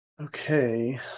Okay